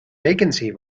vacancy